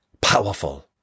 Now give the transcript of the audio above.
powerful